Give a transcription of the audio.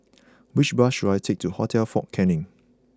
which bus should I take to Hotel Fort Canning